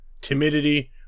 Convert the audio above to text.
timidity